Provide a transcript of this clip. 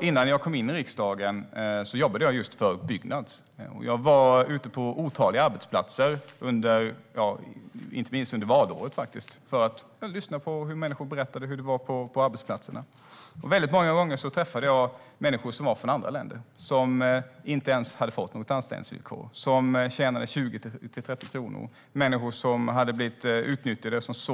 Innan jag kom in i riksdagen jobbade jag just för Byggnads. Jag var ute på otaliga arbetsplatser, inte minst under valåret, för att lyssna på människors berättelser som hur det var på arbetsplatserna. Många gånger träffade jag människor från andra länder som inte ens hade fått något anställningsvillkor och som tjänade 20-30 kronor i timmen. Dessa människor hade blivit utnyttjade och kanske